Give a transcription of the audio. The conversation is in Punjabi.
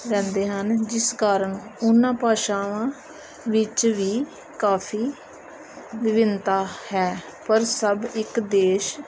ਰਹਿੰਦੇ ਹਨ ਜਿਸ ਕਾਰਨ ਉਹਨਾਂ ਭਾਸ਼ਾਵਾਂ ਵਿੱਚ ਵੀ ਕਾਫੀ ਵਿਭਿੰਨਤਾ ਹੈ ਪਰ ਸਭ ਇੱਕ ਦੇਸ਼